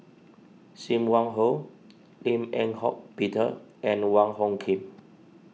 Sim Wong Hoo Lim Eng Hock Peter and Wong Hung Khim